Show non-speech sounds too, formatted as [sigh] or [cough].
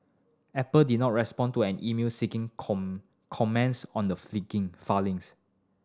Apple did not respond to an email seeking [unintelligible] comments on the flinging filings